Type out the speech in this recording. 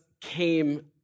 came